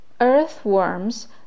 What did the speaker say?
Earthworms